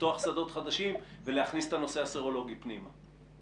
לפתוח שדות חדשים ולהכניס את הנושא הסרולוגי פנימה.